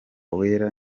wera